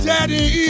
Daddy